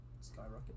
skyrocket